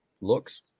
looks